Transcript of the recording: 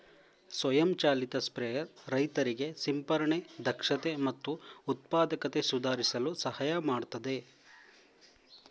ಸ್ವಯಂ ಚಾಲಿತ ಸ್ಪ್ರೇಯರ್ ರೈತರಿಗೆ ಸಿಂಪರಣೆ ದಕ್ಷತೆ ಮತ್ತು ಉತ್ಪಾದಕತೆ ಸುಧಾರಿಸಲು ಸಹಾಯ ಮಾಡ್ತದೆ